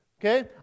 okay